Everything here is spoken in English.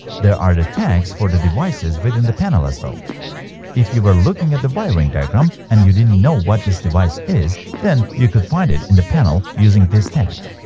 there are the tags for the devices within the panel as well if you were looking at the wiring diagram and you didn't know what this device is then you could find it in the panel using this tag